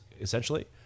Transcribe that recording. essentially